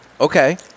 Okay